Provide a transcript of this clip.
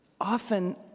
often